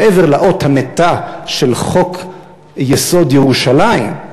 מעבר לאות המתה של חוק-יסוד: ירושלים,